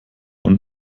und